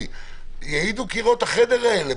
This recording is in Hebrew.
יעידו קירות החדר הזה,